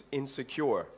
insecure